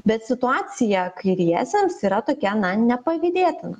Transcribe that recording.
bet situacija kairiesiems yra tokia na nepavydėtina